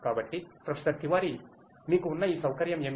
కాబట్టి ప్రొఫెసర్ తివారీ మీకు ఉన్న ఈ సౌకర్యం ఏమిటి